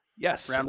Yes